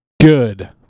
Good